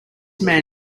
man